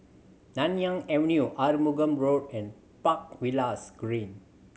Nanyang Avenue Arumugam Road and Park Villas Green